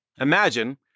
imagine